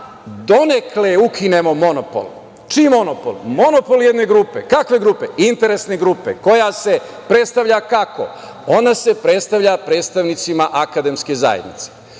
donekle ukinemo monopol. Čiji monopol? Monopol jedne grupe. Kakve grupe? Interesne grupe koja se predstavlja kako? Ona se predstavlja predstavnicima akademske zajednice.